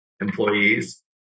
employees